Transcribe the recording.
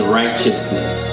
righteousness